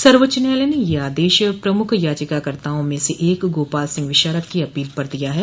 सर्वोच्च न्यायालय ने यह आदेश प्रमुख याचिकाकर्ताओं में से एक गोपाल सिंह विशारद की अपील पर दिया है